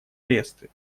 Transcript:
аресты